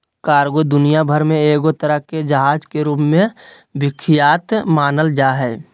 cargo दुनिया भर मे एगो तरह के जहाज के रूप मे विख्यात मानल जा हय